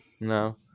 No